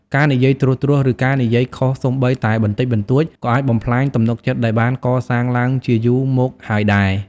ការនិយាយត្រួសៗ ឬការនិយាយខុសសូម្បីតែបន្តិចបន្តួច ក៏អាចបំផ្លាញទំនុកចិត្តដែលបានកសាងឡើងជាយូរមកហើយដែរ។